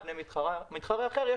על פני מתחרה אחר,